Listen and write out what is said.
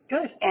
Good